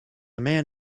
man